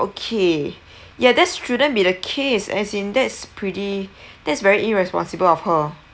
okay ya that's shouldn't be the case as in that's pretty that's very irresponsible of her